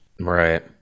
Right